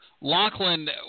Lachlan